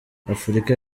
afurika